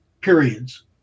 periods